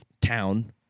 Town